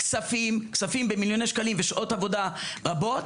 כספים במיליוני שקלים ושעות עבודה רבות,